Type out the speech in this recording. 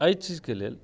एहि चीजके लेल